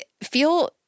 feel—